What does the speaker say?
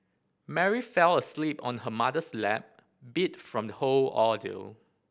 Mary fell asleep on her mother's lap beat from the whole ordeal